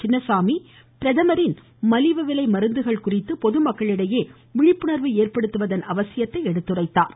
சின்னசாமி பிரதமரின் மலிவு விலை மருந்துகள் குறித்து பொதுமக்களிடையே விழிப்புணர்வை ஏற்படுத்துவதன் அவசியத்தை எடுத்துரைத்தார்